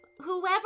Whoever